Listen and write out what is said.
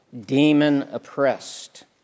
demon-oppressed